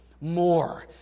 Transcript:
more